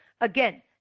again